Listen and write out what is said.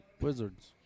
Wizards